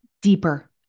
deeper